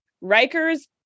Riker's